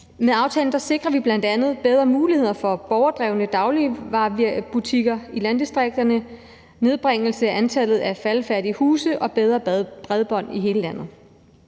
Med aftalen sikrer vi bl.a. bedre muligheder for borgerdrevne dagligvarebutikker i landdistrikterne, nedbringelse af antallet af faldefærdige huse og bedre bredbånd i hele landet.